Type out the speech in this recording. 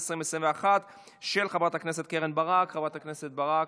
של חברת הכנסת אימאן ח'טיב יאסין,